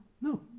No